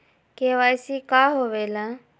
KYC का होवेला?